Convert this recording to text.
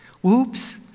Whoops